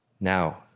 Now